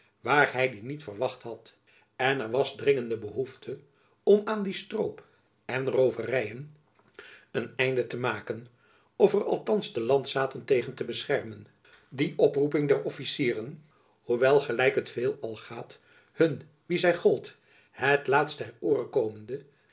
waar hy die niet verwacht had en er was jacob van lennep elizabeth musch dringende behoefte om aan die stroop en rooveryen een einde te maken of er althands de landzaten tegen te beschermen die oproeping der officieren hoewel gelijk het veelal gaat hun wien zy gold het laatst ter oore komende